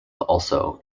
also